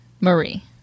Marie